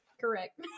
correct